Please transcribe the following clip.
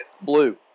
Blue